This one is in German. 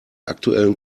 aktuellen